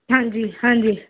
ਹਾਂਜੀ ਹਾਂਜੀ